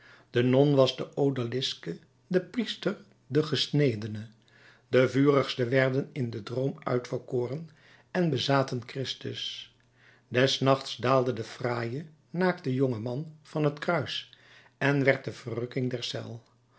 de non was de odaliske de priester de gesnedene de vurigste werden in den droom uitverkoren en bezaten christus des nachts daalde de fraaie naakte jonge man van het kruis en werd de verrukking